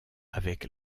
avec